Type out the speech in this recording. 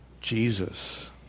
Jesus